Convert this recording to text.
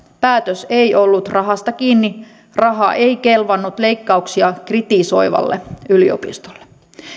päätös ei ollut rahasta kiinni raha ei kelvannut leikkauksia kritisoivalle yliopistolle